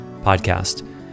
podcast